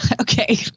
okay